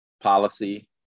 policy